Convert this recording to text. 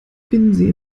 binnensee